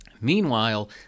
Meanwhile